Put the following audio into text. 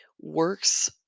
works